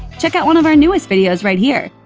check out one of our newest videos right here!